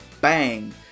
bang